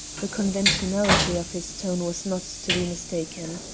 the conventionality of his tone was not to be mistaken.